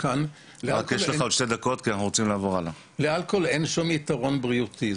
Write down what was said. כאן --- לאלכוהול אין שום יתרון בריאותי.